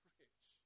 rich